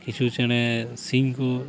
ᱠᱤᱪᱷᱩ ᱪᱮᱬᱮ ᱥᱤᱧ ᱠᱚ